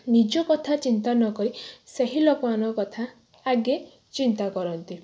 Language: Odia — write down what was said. ନିଜ କଥା ଚିନ୍ତା ନ କରି ସେହି ଲୋକମାନଙ୍କ କଥା ଆଗେ ଚିନ୍ତା କରନ୍ତି